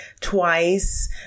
twice